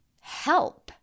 help